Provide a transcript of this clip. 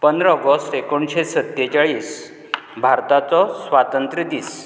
पंदरां ऑगस्ट एकोणीशें सत्तेचाळीस भारताचो स्वातंत्र दीस